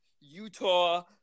Utah